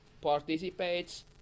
participates